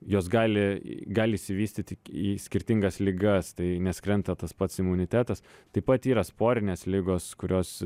jos gali gali išsivystyt į skirtingas ligas tai nes krenta tas pats imunitetas taip pat yra sporinės ligos kurios